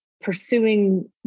pursuing